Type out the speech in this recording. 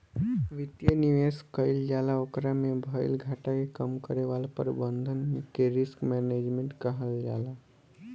वित्तीय निवेश कईल जाला ओकरा में भईल घाटा के कम करे वाला प्रबंधन के रिस्क मैनजमेंट कहल जाला